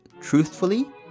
truthfully